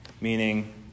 meaning